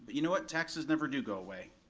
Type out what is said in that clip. you know what, taxes never do go away.